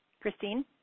Christine